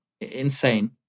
insane